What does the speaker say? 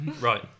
right